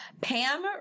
Pam